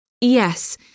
Yes